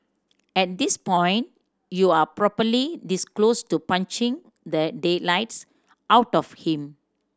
at this point you're probably this close to punching the daylights out of him